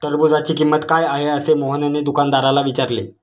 टरबूजाची किंमत काय आहे असे मोहनने दुकानदाराला विचारले?